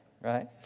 right